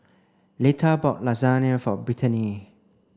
Leta bought Lasagne for Brittanie